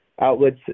outlets